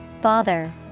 Bother